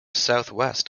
southwest